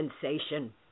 sensation